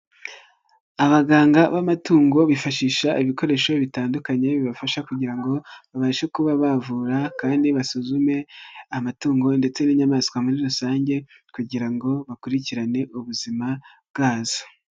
Abaganga b'amatungo bifashisha ibikoresho bitandukanye bibafasha kugira ngo babashe kuba bavura kandi basuzume amatungo ndetse n'inyamaswa muri rusange kugira ngo bakurikirane ubuzima bwazo.